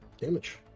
damage